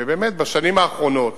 ובאמת בשנים האחרונות,